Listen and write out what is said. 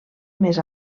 més